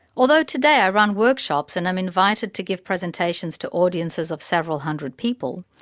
although today i run workshops and am invited to give presentations to audiences of several hundred people,